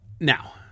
Now